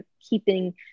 keeping